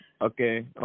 Okay